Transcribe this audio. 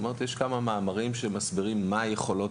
יש כמה מאמרים שמסבירים מה יכולות